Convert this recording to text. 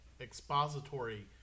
expository